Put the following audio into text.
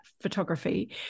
photography